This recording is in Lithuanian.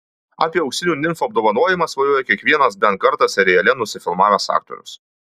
apie auksinių nimfų apdovanojimą svajoja kiekvienas bent kartą seriale nusifilmavęs aktorius